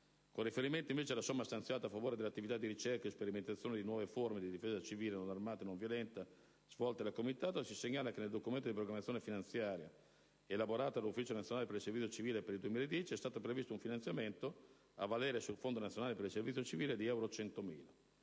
Con riferimento invece alla somma stanziata a favore delle attività di ricerca e sperimentazione di nuove forme di difesa civile non armata e nonviolenta svolte dal Comitato, si segnala che nel documento di programmazione finanziaria elaborato dall'Ufficio nazionale per il servizio civile per l'anno 2010 è stato previsto un finanziamento (a valere sul Fondo nazionale per il servizio civile) di 100.000